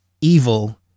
evil